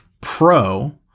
pro